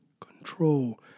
Control